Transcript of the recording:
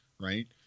Right